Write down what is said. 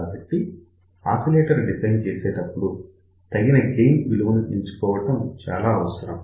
కాబట్టి oscillator design చేసేటప్పుడు తగిన గెయిన్ విలువ ఎంచుకోవడం చాలా అవసరం